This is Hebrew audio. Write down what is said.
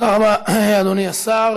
תודה רבה, אדוני השר.